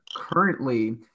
Currently